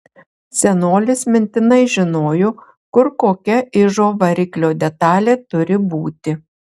senolis mintinai žinojo kur kokia ižo variklio detalė turi būti